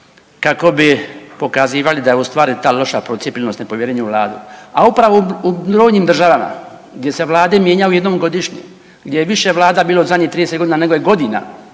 kako bi pokazivali da je ustvari ta loša procijepljenost nepovjerenje u Vladu, a upravo u drugim državama gdje se vlade mijenjaju jednom godišnje, gdje je više vlada bilo u zadnjih 30 godina nego je godina